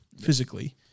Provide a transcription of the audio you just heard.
physically